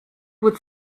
would